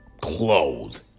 clothes